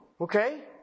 okay